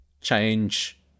change